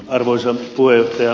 arvoisa puheenjohtaja